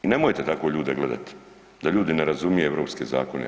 I nemojte tako ljude gledati, da ljudi ne razumije europske zakone.